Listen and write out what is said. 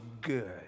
good